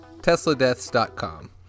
tesladeaths.com